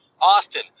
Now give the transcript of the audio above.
Austin